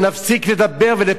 צריך לעשות מעשה.